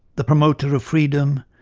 the promoter of freedom,